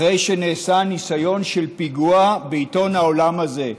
אחרי שנעשה ניסיון של פיגוע בעיתון העולם הזה,